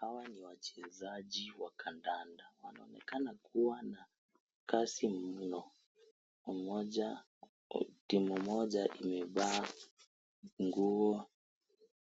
Hawa ni Wachezaji wa kandanda. Wanaonekana kua na kasi mno, mmoja, timu moja imefaa nguo